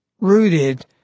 rooted